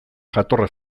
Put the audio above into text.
jatorra